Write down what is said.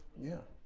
yeah.